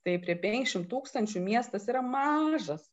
tai prie penkiasdešimt tūkstančių miestas yra mažas